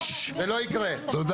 הכול